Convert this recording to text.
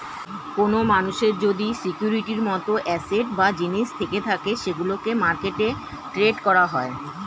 কোন মানুষের যদি সিকিউরিটির মত অ্যাসেট বা জিনিস থেকে থাকে সেগুলোকে মার্কেটে ট্রেড করা হয়